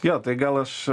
jo tai gal aš